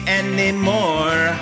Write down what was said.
anymore